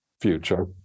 future